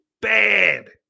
bad